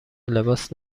لباس